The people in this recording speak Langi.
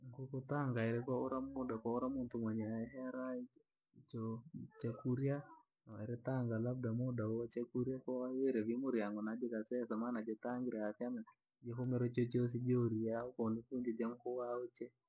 Nkuku tanga uli wamuda kwa ura muntu heraiki, choo. Chakurya uritanga ladba umuda wachakurya kwa wohire muriyango na jikaseika maana jitangire hasamiki jihumire chochosi jori ukauche nifunge yakuhauhuche.